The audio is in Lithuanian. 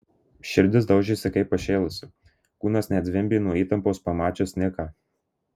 širdis daužėsi kaip pašėlusi kūnas net zvimbė nuo įtampos pamačius niką